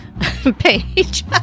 page